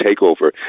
takeover